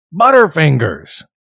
Butterfingers